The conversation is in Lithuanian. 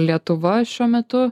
lietuva šiuo metu